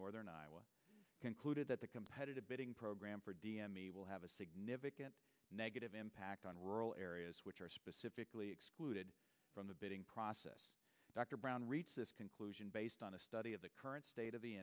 northern iowa concluded that the competitive bidding program for d m a will have a significant negative impact on rural areas which are specifically excluded from the bidding process doctor brown reached this conclusion based on a study of the current state of the